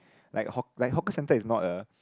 like haw~ like hawker centre is not a